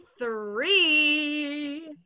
three